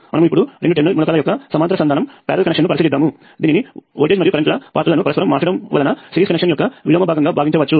మనము ఇప్పుడు రెండు టెర్మినల్ మూలకాల యొక్క సమాంతర సంధానము ను పరిశీలిద్దాము దీనిని వోల్టేజ్ మరియు కరెంట్ ల పాత్రలను పరస్పరము మార్చడము వలన సిరీస్ కనెక్షన్ యొక్క విలోమ భాగంగా భావించవచ్చు